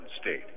state